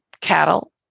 cattle